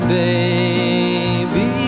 baby